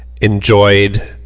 enjoyed